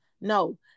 No